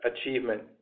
achievement